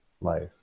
life